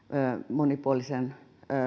monipuolisen